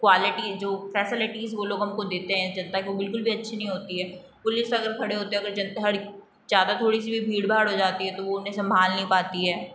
quality जो facilities वो लोग हम को देते हैं जनता को बिलकुल भी अच्छी नहीं होती हैं पुलिस अगर खड़े होते हैं अगर जनता थोड़ी ज़्यादा थोड़ी सी भी भीड़ भाड़ हो जाती है तो वो उन्हें संभाल नहीं पाती है